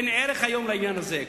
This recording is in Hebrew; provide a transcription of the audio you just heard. אין ערך היום לעניין הזה.